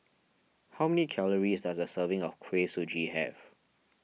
how many calories does a serving of Kuih Suji have